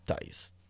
Dice